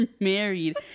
married